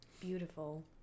Beautiful